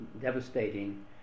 devastating